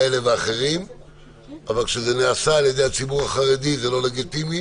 אבל כשזה נעשה על ידי הציבור החרדי זה לא לגיטימי